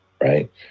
right